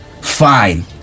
Fine